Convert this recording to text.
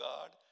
God